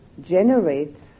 generates